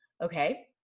okay